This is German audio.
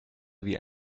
wie